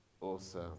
Awesome